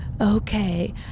Okay